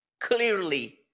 clearly